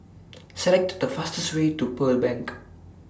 Select The fastest Way to Pearl Bank